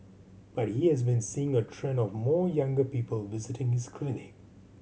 but he has been seeing a trend of more younger people visiting his clinic